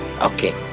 Okay